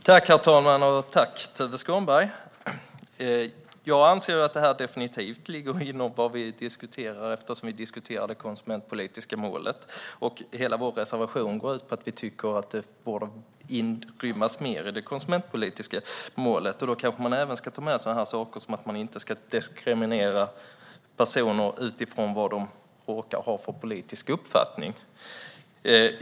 Herr talman! Tack, Tuve Skånberg! Jag anser att detta definitivt ligger inom vad vi diskuterar eftersom vi talar om det konsumentpolitiska målet. Hela vår reservation går ut på att det borde inrymmas mer i det konsumentpolitiska målet. Då kanske man även borde ta med sådant som att man inte ska diskriminera personer utifrån vad de råkar ha för politisk uppfattning.